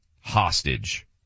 hostage